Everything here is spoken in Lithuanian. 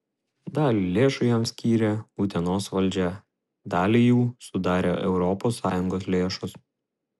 dalį lėšų jam skyrė utenos valdžia dalį jų sudarė europos sąjungos lėšos